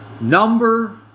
Number